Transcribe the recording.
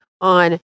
on